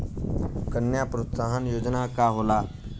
कन्या प्रोत्साहन योजना का होला?